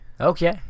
okay